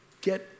get